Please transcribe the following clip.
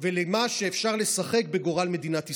ולכמה אפשר לשחק בגורל מדינת ישראל.